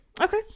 okay